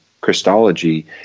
Christology